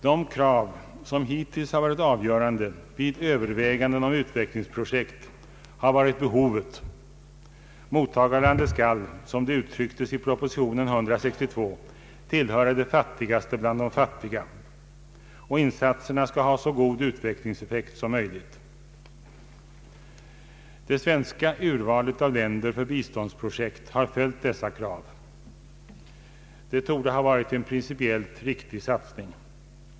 De krav som hittills har varit avgörande vid överväganden om utvecklingsprojekt har varit behovet — mottagarlandet skall, såsom det uttryckts i proposition 100 år 1962, tillhöra de fattigaste bland de fattiga, och insatserna skall ha så god utvecklingseffekt som möjligt. Det svenska urvalet av länder för biståndsprojekt har följt dessa krav. Det torde ha varit en principiellt riktig satsning.